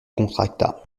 contracta